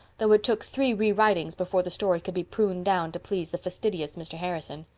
though it took three re-writings before the story could be pruned down to please the fastidious mr. harrison.